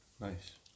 Nice